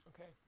Okay